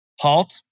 halt